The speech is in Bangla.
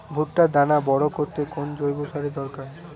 ভুট্টার দানা বড় করতে কোন জৈব সারের দরকার?